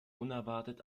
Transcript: unerwartet